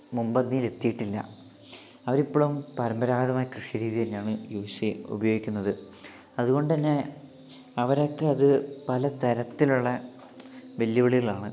മുമ്പന്തിയിലെത്തിയിട്ടില്ല അവരിപ്പോഴും പരമ്പരാഗതമായ കൃഷിരീതി തന്നെയാണ് യൂസ് ഉപയോഗിക്കുന്നത് അതുകൊണ്ടുതന്നെ അവരൊക്കെ അത് പലതരത്തിലുള്ള വെല്ലുവിളികളാണ്